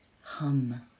Hum